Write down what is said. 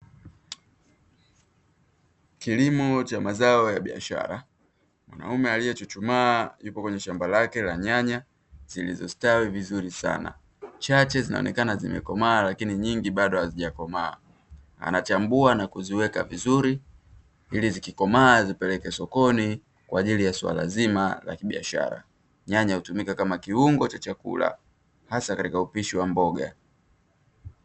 Kilimo cha mazao ya biashara, mkulima anaonekama akiwa amechuchumaa kwenye shamba lake la nyanya, chache zinaonekana zimekomaa lakini nyingi bado anachambua na kuziweka vizuri ili zikikomaa zipeleke sokoni kwa ajili ya swala zima la kibiashara nyanya hutumika kama kiungo cha chakula hasa katika upishi wa mboga.